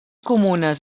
comunes